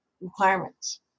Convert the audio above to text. requirements